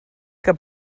que